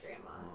grandma